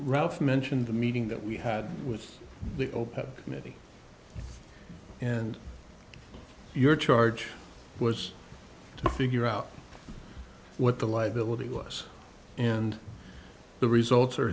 ralph mentioned the meeting that we had with the opec committee and your charge was to figure out what the liability was and the results are